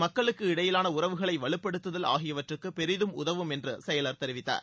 மக்களுக்குஇடையிலான உறவுகளை வலுப்படுத்துதல் ஆகியவற்றுக்கு பெரிதும் உதவும் என்று செயலர் தெரிவித்தார்